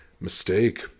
mistake